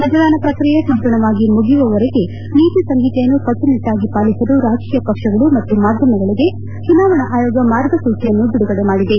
ಮತದಾನ ಪ್ರಕ್ರಿಯೆ ಸಂಪೂರ್ಣವಾಗಿ ಮುಗಿಯುವವರೆಗೆ ನೀತಿ ಸಂಹಿತೆಯನ್ನು ಕಟ್ಟುನಿಟ್ಟಾಗಿ ಪಾಲಿಸಲು ರಾಜಕೀಯ ಪಕ್ಷಗಳು ಮತ್ತು ಮಾಧ್ವಮಗಳಿಗೆ ಚುನಾವಣಾ ಆಯೋಗ ಮಾರ್ಗಸೂಚಿಯನ್ನು ಬಿಡುಗಡೆ ಮಾಡಿದೆ